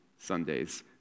Sundays